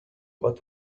what